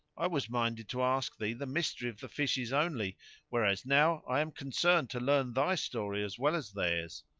i was minded to ask thee the mystery of the fishes only whereas now i am concerned to learn thy story as well as theirs.